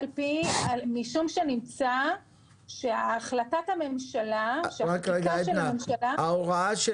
משום שנמצא שהחקיקה של הממשלה --- ההוראה של